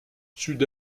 sud